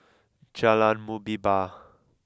Jalan Muhibbah